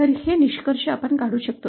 तर हे निष्कर्ष आम्ही काढू शकतो